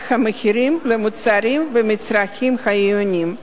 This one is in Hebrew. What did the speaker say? המחירים של מוצרים ומצרכים חיוניים.